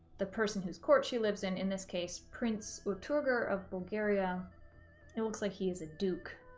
the person whose court she lives in in this case prince or turgor of bulgaria it looks like he is a duke